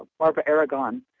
barbara aragon.